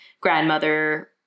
grandmother